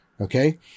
Okay